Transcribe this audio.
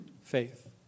Faith